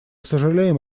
сожалеем